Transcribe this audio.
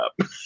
up